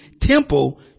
temple